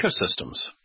ecosystems